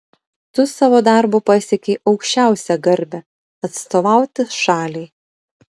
tu savo darbu pasiekei aukščiausią garbę atstovauti šaliai